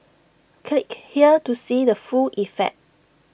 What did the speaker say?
click here to see the full effect